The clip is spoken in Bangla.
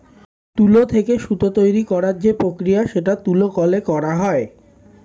তুলো থেকে সুতো তৈরী করার যে প্রক্রিয়া সেটা তুলো কলে করা হয়